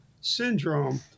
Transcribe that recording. syndrome